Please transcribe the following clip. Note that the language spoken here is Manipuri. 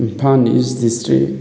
Imphal east district